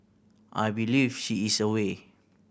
I believe she is away